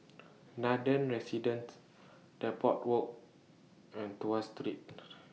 Nathan Residences Depot Walk and Tuas Street